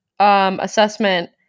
Assessment